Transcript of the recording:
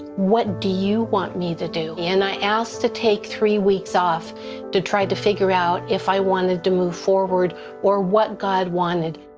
what do you want me to do? yeah and i asked to take three weeks off to try to figure out if i wanted to move forward or what god wanted.